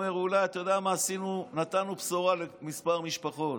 אומר: אולי נתנו בשורה לכמה משפחות.